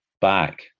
back